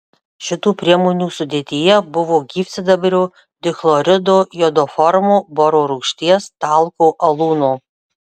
šitų priemonių sudėtyje buvo gyvsidabrio dichlorido jodoformo boro rūgšties talko alūno